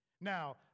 Now